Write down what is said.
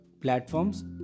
platforms